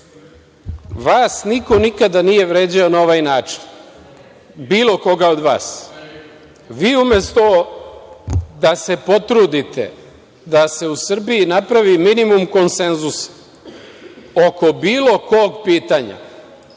nikada niko nije vređao na ovaj način, bilo koga od vas. Umesto da se potrudite da se u Srbiji napravi minimum konsenzusa oko bilo kog pitanja,